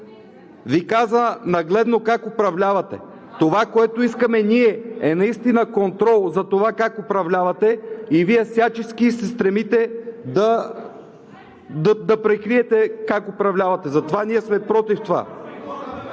Ви каза нагледно как управлявате. Това, което искаме ние, е наистина контрол за това как управлявате. Вие всячески се стремите да прикриете как управлявате, затова ние сме против това.